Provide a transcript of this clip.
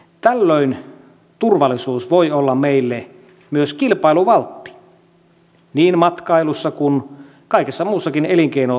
tällöin turvallisuus voi olla meille myös kilpailuvaltti niin matkailussa kuin kaikessa muussakin elinkeinoelämässä